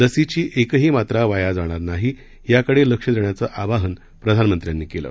लसीची एकही मात्रा वाया जाणार नाही याकडे लक्ष देण्याचं आवाहन प्रधानमंत्र्यांनी केलं